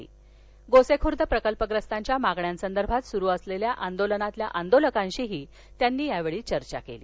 तसच गोसेखूर्द प्रकल्पग्रस्तांच्या मागण्यासंदर्भात सुरु असलेल्या आंदोलनातील आंदोलकांशी त्यांनी चर्चा केली